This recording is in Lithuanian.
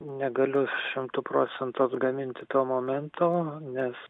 negaliu šimtu procentų atgaminti to momento nes